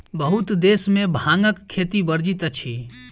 बहुत देश में भांगक खेती वर्जित अछि